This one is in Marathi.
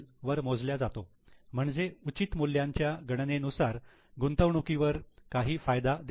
वर मोजल्या जातो म्हणजे उचित मूल्यांच्या गणनेनुसार गुंतवणुकीवर काही फायदा दिसतो